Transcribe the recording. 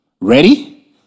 Ready